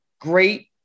Great